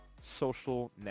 social